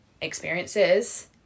experiences